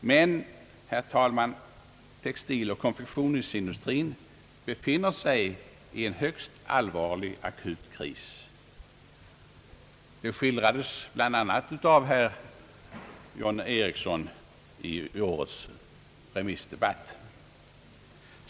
Men, herr talman, textiloch konfektionsindustrin befinner sig i en högst allvarlig akut kris. Det skildrades bl.a. av herr John Ericsson i årets remissdebatt.